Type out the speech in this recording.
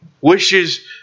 wishes